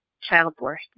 childbirth